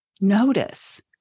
notice